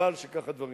וחבל שכך הדברים.